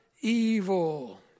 evil